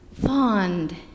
fond